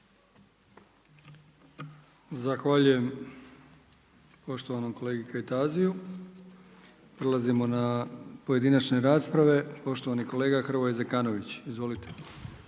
Zahvaljujem poštovanom kolegi Kajtaziju. Prelazimo na pojedinačne rasprave. Poštovani kolega Hrvoje Zekanović. Izvolite.